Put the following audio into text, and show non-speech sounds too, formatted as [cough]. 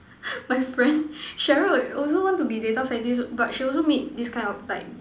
[laughs] my friend Sheryl also want to be data scientist but she also meet this kind of like